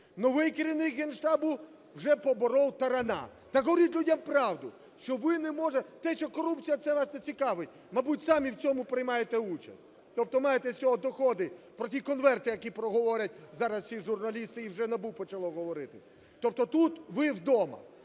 Новий керівник Генштабу вже поборов Тарана. Так говоріть людям правду, що ви не… Те, що корупція, це вас не цікавить, мабуть, самі в цьому приймаєте участь, тобто маєте з цього доходи, про ті конверти, про які говорять зараз всі журналісти і вже НАБУ почало говорити. Тобто тут ви вдома.